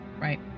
right